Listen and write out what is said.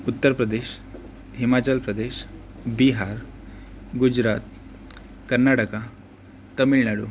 Uttar Pradesh Himachal Pradesh Bihar Gujarat Karnataka Tamil Nadu